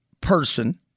person